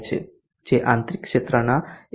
જે આંતરિક ક્ષેત્રના 1